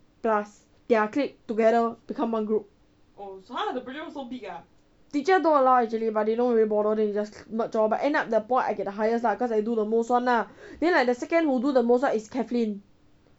plus their clique together become one group teacher don't allow actually but they don't really bother then they just merge lor but end up the mark I get the highest lah cause I do the most [one] lah then like the second who do the most [one] is kathlyn